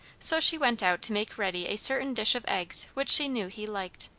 so she went out to make ready a certain dish of eggs which she knew he liked.